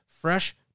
fresh